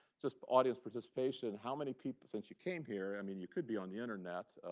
just audience participation, how many people since you came here. i mean, you could be on the internet.